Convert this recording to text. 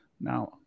now